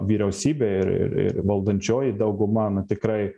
vyriausybė ir ir ir valdančioji dauguma na tikrai